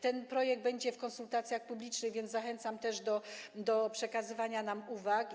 Ten projekt będzie w konsultacjach publicznych, więc zachęcam do przekazywania nam uwag.